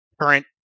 current